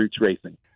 racing